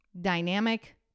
dynamic